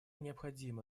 необходима